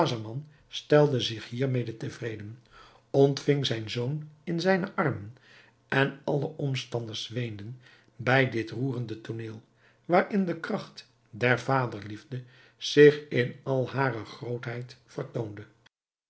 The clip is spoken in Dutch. stelde zich hiermede tevreden ontving zijn zoon in zijne armen en alle omstanders weenden bij dit roerende tooneel waarin de kracht der vaderliefde zich in al hare grootheid vertoonde